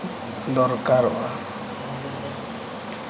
ᱫᱚᱨᱠᱟᱨᱚᱜᱼᱟ